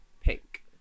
pink